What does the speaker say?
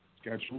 Schedule